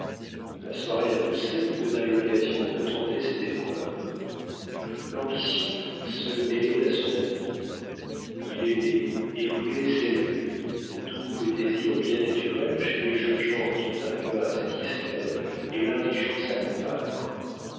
la soirée annoncée lui donna l'occasion de tenter cette épreuve l'ambition se mêlait à son amour il aimait et voulait s'élever double désir bien naturel chez les jeunes gens qui ont un cœur à satisfaire et l'indigence à combattre